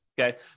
okay